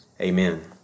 amen